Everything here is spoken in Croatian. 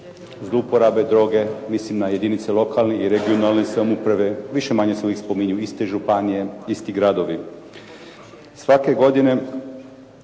zlouporabe droge, mislim na jedinici lokalne i regionalne samouprave, više-manje se uvijek spominju iste županije, isti gradovi.